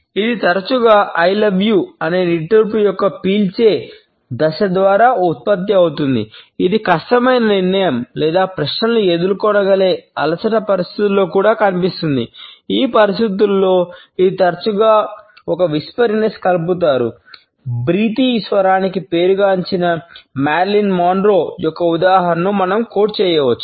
ఇది తరచుగా I love you చేయవచ్చు